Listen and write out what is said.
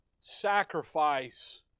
sacrifice